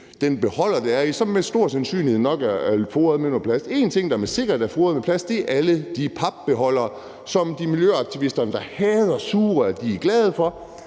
den beholder, det er på, som med stor sandsynlighed nok er foret med noget plast. Én ting, der med sikkerhed er foret med plast, er alle de papbeholdere, som de miljøaktivister, der hader sugerør, er glade for.